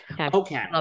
okay